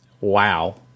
wow